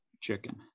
chicken